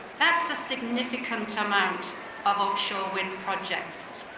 that's a significant amount of offshore wind projects.